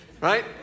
right